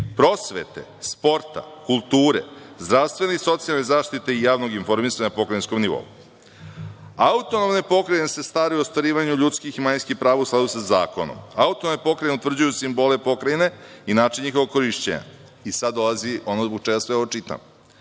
prosvete, sporta, kulture, zdravstvene i socijalne zaštite i javnog informisanja na pokrajinskom nivou. Autonomne pokrajine se staraju o ostvarivanju ljudskih i manjinskih prava u skladu sa zakonom. Autonomne pokrajine utvrđuju simbole pokrajine i način njihovog korišćenja. Sada dolazi ono zbog čega sve ovo čitam